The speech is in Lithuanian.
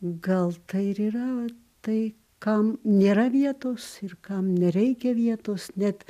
gal tai ir yra tai kam nėra vietos ir kam nereikia vietos net